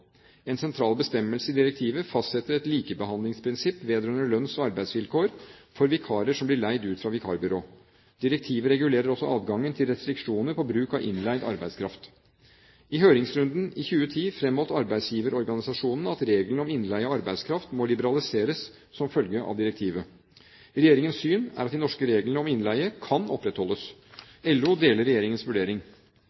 En sentral bestemmelse i direktivet fastsetter et likebehandlingsprinsipp vedrørende lønns- og arbeidsvilkår for vikarer som blir leid ut fra vikarbyrå. Direktivet regulerer også adgangen til restriksjoner på bruk av innleid arbeidskraft. I høringsrunden i 2010 fremholdt arbeidsgiverorganisasjonene at regelen om innleie av arbeidskraft må liberaliseres som følge av direktivet. Regjeringens syn er at de norske reglene om innleie kan opprettholdes.